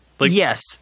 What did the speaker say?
Yes